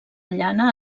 llana